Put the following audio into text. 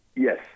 Yes